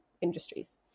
industries